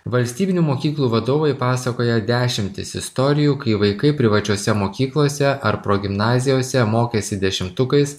valstybinių mokyklų vadovai pasakoja dešimtis istorijų kai vaikai privačiose mokyklose ar progimnazijose mokėsi dešimtukais